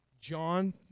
John